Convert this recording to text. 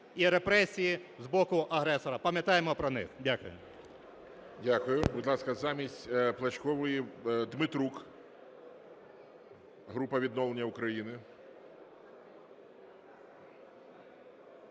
і репресії з боку агресора. Пам'ятаймо про них. Дякую. ГОЛОВУЮЧИЙ. Дякую. Будь ласка, замість Плачкової – Дмитрук, група "Відновлення України".